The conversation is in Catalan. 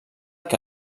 que